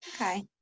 Okay